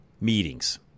meetings